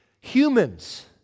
humans